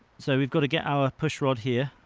so we've got to get our push rod here,